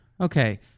Okay